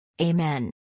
Amen